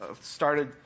started